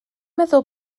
meddwl